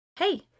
Hey